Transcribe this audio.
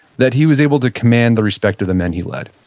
that he was able to command the respect of the men he led?